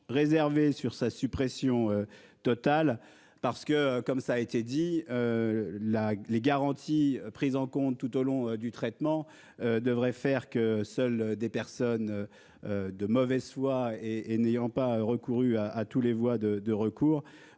réservé sur sa suppression. Totale parce que comme ça a été dit. Là les garanties prises en compte tout au long du traitement devrait faire que seules des personnes. De mauvaise foi et et n'ayant pas recouru à tous les voix de de recours